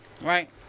right